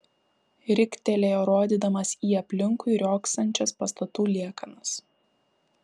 riktelėjo rodydamas į aplinkui riogsančias pastatų liekanas